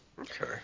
okay